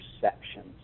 perceptions